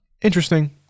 Interesting